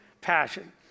Passion